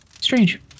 strange